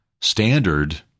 standard